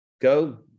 go